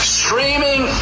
streaming